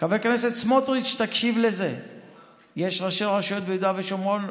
חבר הכנסת פינדרוס יודע על מה הוא מדבר.